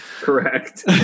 Correct